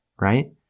right